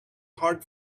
hard